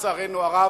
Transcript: לצערנו הרב.